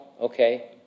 Okay